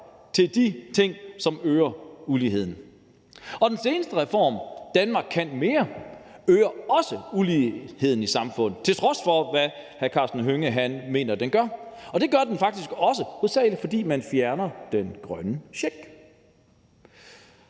til de ting, som øger uligheden. Den seneste reform, »Danmark kan mere I«, øger også uligheden i samfundet, til trods for hvad hr. Karsten Hønge mener den gør. Det gør den faktisk hovedsagelig, fordi man fjerner den grønne check.